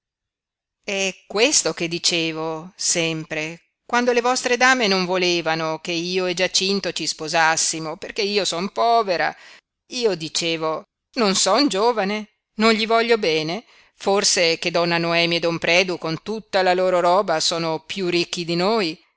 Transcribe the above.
è questo che dicevo sempre quando le vostre dame non volevano che io e giacinto ci sposassimo perché io son povera io dicevo non son giovane non gli voglio bene forse che donna noemi e don predu con tutta la loro roba sono piú ricchi di noi